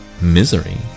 misery